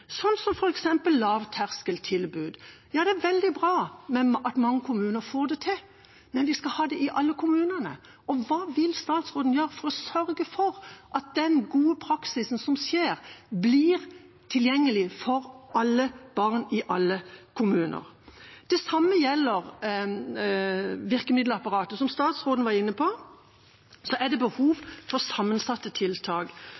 som f.eks. lavterskeltilbud. Det er veldig bra at mange kommuner får det til, men vi skal ha det i alle kommunene. Hva vil statsråden gjøre for å sørge for at den gode praksisen som skjer, blir tilgjengelig for alle barn i alle kommuner? Det samme gjelder virkemiddelapparatet. Som statsråden var inne på, er det